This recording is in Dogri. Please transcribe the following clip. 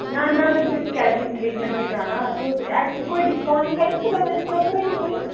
ना ना सिर्फ केटरिंग ट्रीटमैंट ई कराना तुस कोई डिस्काउंट बगैरा इस वक्त कोई